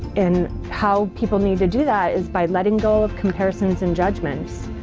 and how people need to do that is by letting go of comparisons and judgments.